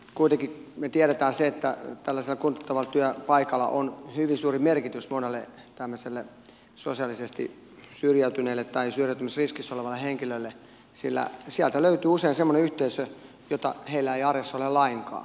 kuitenkin me tiedämme sen että tällaisella kuntouttavalla työpaikalla on hyvin suuri merkitys monelle tämmöiselle sosiaalisesti syrjäytyneelle tai syrjäytymisriskissä olevalle henkilölle sillä sieltä löytyy usein semmoinen yhteisö jota heillä ei arjessa ole lainkaan